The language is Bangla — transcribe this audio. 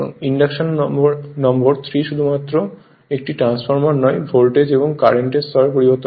ইন্ডাকশন নম্বর 3 শুধুমাত্র একটি ট্রান্সফরমার নয় যা ভোল্টেজ এবং কারেন্ট স্তর পরিবর্তন করে